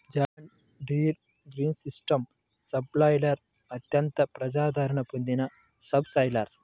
John Deere green system subsoiler అత్యంత ప్రజాదరణ పొందిన సబ్ సాయిలర్